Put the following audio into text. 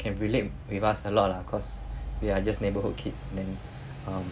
can relate with us a lot lah cause we are just neighborhood kids then um